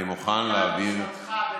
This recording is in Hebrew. אני מוכן לדבר עם מנכ"ל משרדך,